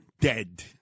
dead